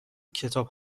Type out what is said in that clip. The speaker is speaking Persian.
کتاب